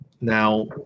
Now